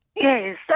yes